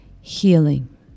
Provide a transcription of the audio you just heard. healing